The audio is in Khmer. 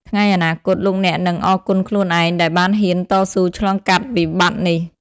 ថ្ងៃអនាគត លោកអ្នកនឹងអរគុណខ្លួនឯងដែលបានហ៊ានតស៊ូឆ្លងកាត់វិបត្តិនេះ។